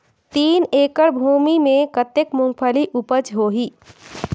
तीन एकड़ भूमि मे कतेक मुंगफली उपज होही?